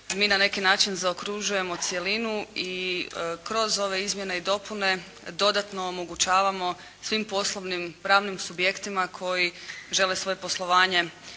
mi na neki način zaokružujemo cjelinu i kroz ove izmjene i dopune dodatno omogućavamo svim poslovnim pravnim subjektima koji žele svoje poslovanje